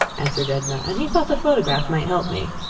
answered edna, and he thought the photograph might help me.